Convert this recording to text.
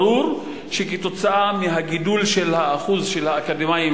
ברור שכתוצאה מהגידול של אחוז האקדמאים